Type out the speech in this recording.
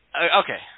okay